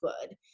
good